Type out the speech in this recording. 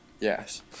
Yes